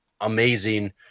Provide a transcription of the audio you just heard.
amazing